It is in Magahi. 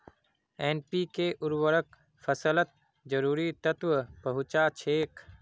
एन.पी.के उर्वरक फसलत जरूरी तत्व पहुंचा छेक